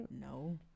No